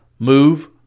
Move